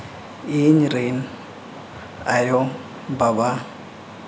ᱤᱧ ᱨᱮᱱ ᱟᱭᱳᱼᱵᱟᱵᱟ